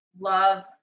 love